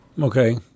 Okay